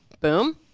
boom